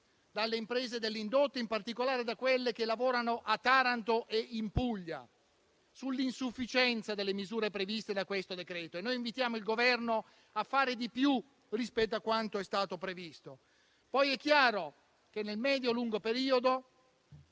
dalle imprese dell'indotto, in particolare da quelle che lavorano a Taranto e in Puglia, sull'insufficienza delle misure previste da questo decreto-legge e noi invitiamo il Governo a fare di più rispetto a quanto è stato previsto. Poi è chiaro che nel medio-lungo periodo